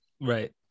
Right